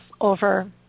over